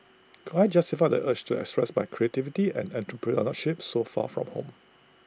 could I justify the urge to express my creativity and entrepreneurship so far from home